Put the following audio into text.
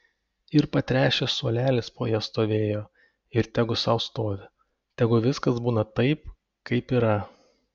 ir patręšęs suolelis po ja stovėjo ir tegu sau stovi tegu viskas būna taip kaip yra